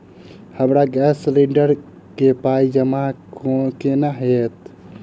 हमरा gas cylinder केँ पाई जमा केना हएत?